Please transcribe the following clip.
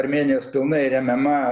armėnijos pilnai remiama